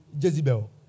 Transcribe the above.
Jezebel